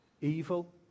evil